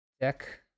Deck